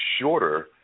shorter